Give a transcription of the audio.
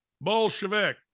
Bolshevik